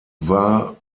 war